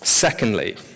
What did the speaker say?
Secondly